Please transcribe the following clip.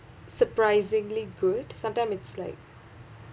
surprisingly good sometime it's like